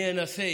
אני אנסה,